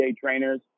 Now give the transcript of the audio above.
trainers